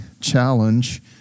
challenge